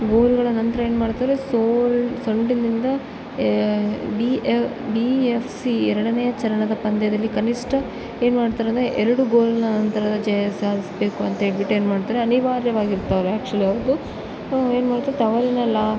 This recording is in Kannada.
ಗೋಲ್ಗಳ ನಂತರ ಏನು ಮಾಡ್ತಾರೆ ಸೋಲ್ಡ್ ಸೊಂಡಿಲಿಂದ ಡಿ ಡಿ ಎಫ್ ಸಿ ಎರಡನೆಯ ಚರಣದ ಪಂದ್ಯದಲ್ಲಿ ಕನಿಷ್ಠ ಏನು ಮಾಡ್ತಾರಂದರೆ ಎರಡು ಗೋಲ್ನ ಅಂತರದ ಜಯ ಸಾಧಿಸ್ಬೇಕು ಅಂತ ಹೇಳ್ಬಿಟ್ಟು ಏನು ಮಾಡ್ತಾರೆ ಅನಿವಾರ್ಯವಾಗಿರ್ತಾರೆ ಆ್ಯಕ್ಚುಲಿ ಅವ್ರದ್ದು ಏನು ಮಾಡ್ತಾರೆ ತವರಿನ ಲಾ